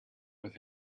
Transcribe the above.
with